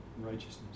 righteousness